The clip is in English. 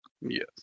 Yes